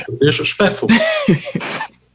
disrespectful